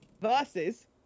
versus